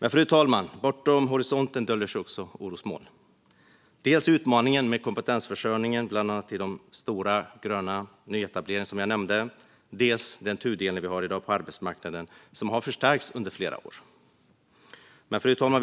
000. Fru talman! Men bortom horisonten döljer sig också orosmoln. Det är dels utmaningen med kompetensförsörjningen, bland annat till de stora gröna nyetableringar som jag nämnde, dels den tudelning vi har i dag på arbetsmarknaden och som har förstärkts under flera år. Fru talman!